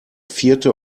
vierte